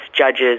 judge's